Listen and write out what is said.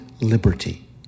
Liberty